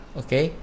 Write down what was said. okay